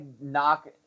knock